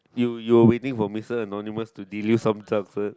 you you're waiting for Mister Anonymous to delay some comfort